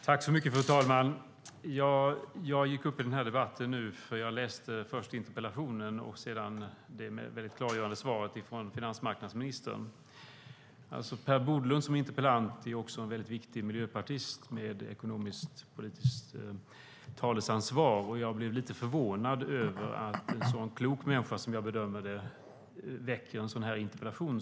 Fru talman! Jag gick upp i debatten eftersom jag läste först interpellationen och sedan det mycket klargörande svaret från finansmarknadsministern. Per Bolund som interpellant är en mycket viktig miljöpartist, med ekonomisk-politiskt talesansvar. Jag blev lite förvånad över att en så klok människa, som jag bedömer det, väcker en sådan här interpellation.